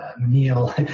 Meal